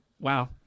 wow